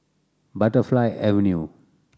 Butterfly Avenue